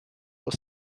was